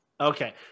Okay